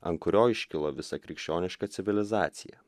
ant kurio iškilo visa krikščioniška civilizacija